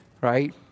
right